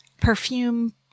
perfume